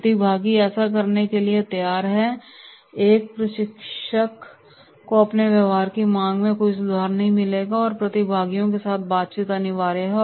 प्रतिभागी ऐसा करने के लिए तैयार हैं एक प्रशिक्षक को अपने व्यवहार की मांग में कोई सुधार नहीं मिलेगा और प्रतिभागियों के साथ बातचीत अनिवार्य है